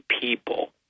people